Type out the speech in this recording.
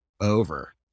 over